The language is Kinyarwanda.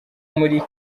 muri